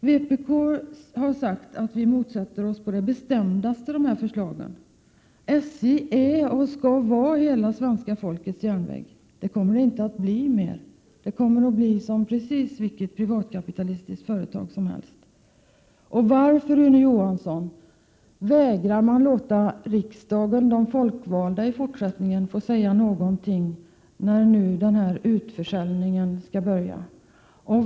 Vpk motsätter sig på det bestämdaste detta förslag. SJ är och skall enligt vpk:s uppfattning vara hela svenska folkets järnväg. Det kommer SJ inte längre att vara — det kommer att bli precis som vilket kapitalistiskt företag som helst. Varför, Rune Johansson, vill man vägra riksdagen — de folkvalda — att i fortsättningen säga någonting när nu denna utförsäljning skall börja?